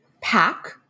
pack